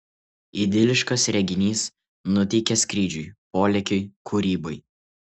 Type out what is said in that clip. idiliškas reginys nuteikia skrydžiui polėkiui kūrybai